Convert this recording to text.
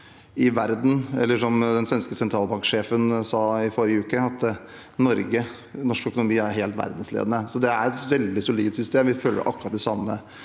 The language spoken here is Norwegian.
som den svenske sentralbanksjefen sa i forrige uke, at norsk økonomi er helt verdensledende. Så det er et veldig solid system. Vi følger akkurat de samme